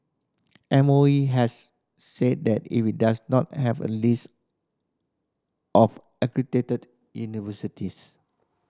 M O E has said that if it does not have a list of accredited universities